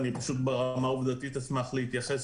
פשוט ברמה העובדתית אשמח להתייחס.